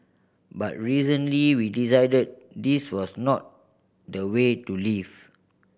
but recently we decided this was not the way to live